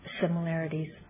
similarities